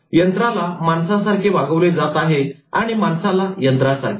यंत्राला माणसासारखे वागवले जात आहे आणि माणसाला यंत्रासारखे